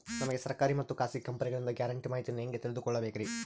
ನಮಗೆ ಸರ್ಕಾರಿ ಮತ್ತು ಖಾಸಗಿ ಕಂಪನಿಗಳಿಂದ ಗ್ಯಾರಂಟಿ ಮಾಹಿತಿಯನ್ನು ಹೆಂಗೆ ತಿಳಿದುಕೊಳ್ಳಬೇಕ್ರಿ?